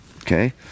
Okay